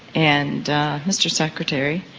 and mr secretary,